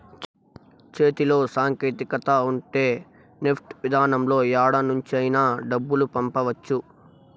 చేతిలో సాంకేతికత ఉంటే నెఫ్ట్ విధానంలో యాడ నుంచైనా డబ్బులు పంపవచ్చు